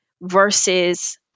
versus